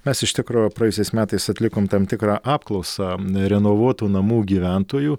mes iš tikro praėjusiais metais atlikom tam tikrą apklausą renovuotų namų gyventojų